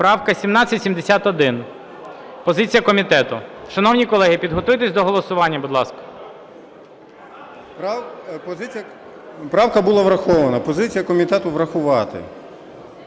правка 1771. Позиція комітету. Шановні колеги, підготуйтесь до голосування, будь ласка. 13:25:29 МАРУСЯК О.Р. Правка була врахована. Позиція комітету – врахувати.